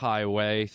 Highway